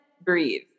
breathe